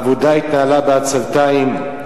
העבודה התנהלה בעצלתיים.